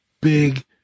big